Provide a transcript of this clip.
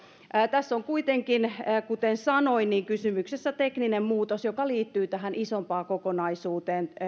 tässä on kuitenkin kuten sanoin kysymyksessä tekninen muutos joka liittyy tähän isompaan kokonaisuuteen